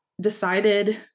decided